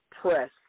press